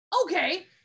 Okay